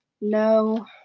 No